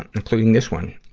including this one.